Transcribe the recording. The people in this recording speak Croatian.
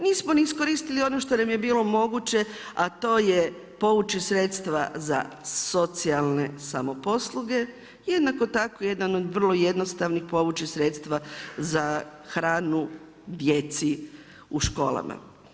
Nismo ni iskoristili i ono što nam je bilo moguće, a to je povući sredstva za socijalne samoposluge, jednako tako jedan od vrlo jednostavnih povući sredstva za hranu djeci u školama.